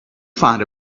find